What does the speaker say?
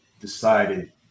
decided